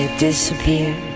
disappear